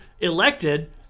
elected